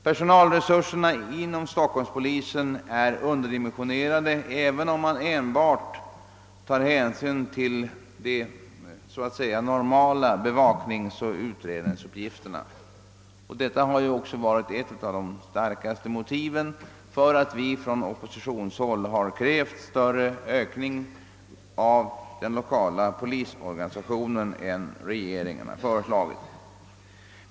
Personalresurserna inom stockholmspolisen är underdimensionerade, även om man enbart ser till de så att säga »normala» bevakningsoch ut redningsuppgifterna. Detta har också varit ett av de starkaste motiven, när vi på oppositionshåll krävt större ökning av den lokala polisorganisationen än vad regeringen föreslagit.